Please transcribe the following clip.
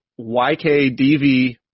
YKDV